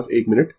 बस एक मिनट